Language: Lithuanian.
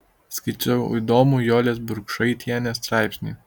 skaičiau įdomų jolės burkšaitienės straipsnį